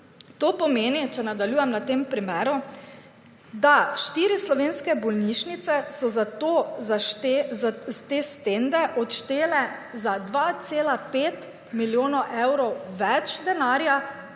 to pomeni, če nadaljujem na tem primeru, da štiri slovenske bolnišnice so za to, za te »stende«, odštele za 2,5 milijonov evrov več denarja,